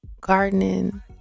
gardening